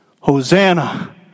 Hosanna